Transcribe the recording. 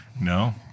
no